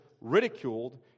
ridiculed